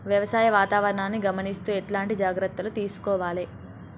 వ్యవసాయ వాతావరణాన్ని గమనిస్తూ ఎట్లాంటి జాగ్రత్తలు తీసుకోవాలే?